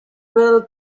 will